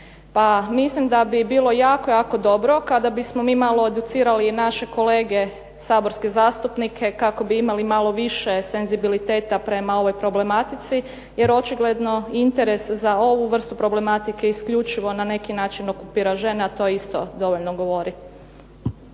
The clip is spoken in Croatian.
Pa mislim da bi bilo jako, jako dobro kada bismo mi malo educirali naše kolege saborske zastupnike kako bi imali malo više senzibiliteta prema ovoj problematici, jer očigledno interes za ovu vrstu problematike isključivo na neki način okupira žene, a to isto dovoljno govori.